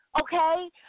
okay